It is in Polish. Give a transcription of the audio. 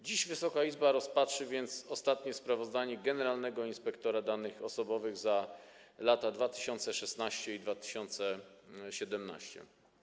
Dziś Wysoka Izba rozpatrzy więc ostatnie sprawozdanie generalnego inspektora danych osobowych za lata 2016 i 2017.